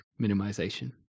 minimization